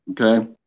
okay